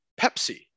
Pepsi